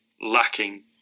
lacking